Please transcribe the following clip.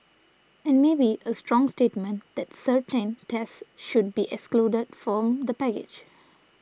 and maybe a strong statement that certain tests should be excluded from the package